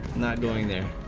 not knowing that